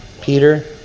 Peter